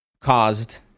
caused